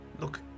Look